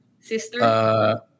sister